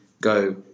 go